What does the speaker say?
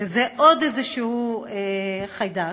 שזה עוד איזשהו חיידק,